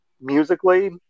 musically